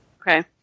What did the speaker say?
Okay